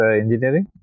engineering